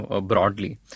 broadly